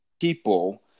people